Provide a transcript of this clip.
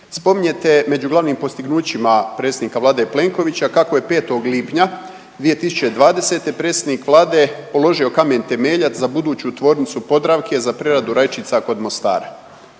spominjete među glavnim postignućima predsjednika Vlade Plenkovića kako je 5. lipnja 2020. predsjednik Vlade položio kamen temeljac za buduću tvornicu Podravke za preradu rajčica kod Mostara.